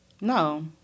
No